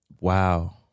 wow